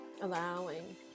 Allowing